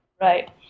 Right